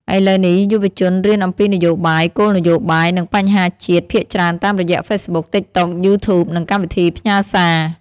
ឥឡូវនេះ យុវជនរៀនអំពីនយោបាយ គោលនយោបាយ និងបញ្ហាជាតិភាគច្រើនតាមរយៈ Facebook, TikTok, YouTube និងកម្មវិធីផ្ញើសារ។